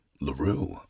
LaRue